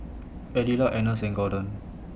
Adelard Agnes and Gordon